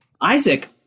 isaac